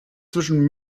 zwischen